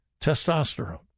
testosterone